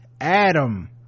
adam